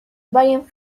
varies